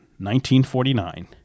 1949